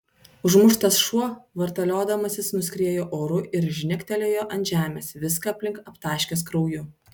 užmuštas šuo vartaliodamasis nuskriejo oru ir žnektelėjo ant žemės viską aplink aptaškęs krauju